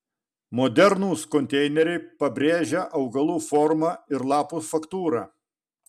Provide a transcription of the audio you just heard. modernūs konteineriai pabrėžia augalų formą ir lapų faktūrą